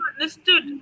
understood